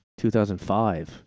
2005